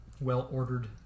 well-ordered